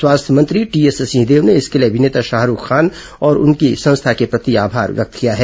स्वास्थ्य मंत्री टीएस सिंहदेव ने इसके लिए अभिनेता शाहरूख खान और उनकी संस्था के प्रति आभार व्यक्त किया है